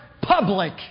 public